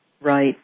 Right